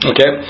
Okay